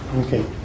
Okay